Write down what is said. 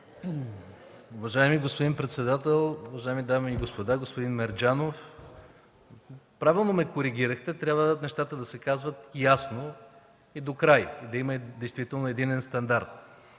Уважаеми господин председател, уважаеми дами и господа! Господин Мерджанов, правилно ме коригирахте – нещата трябва да се казват ясно и докрай, да има действително